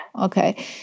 okay